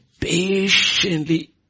patiently